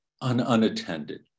unattended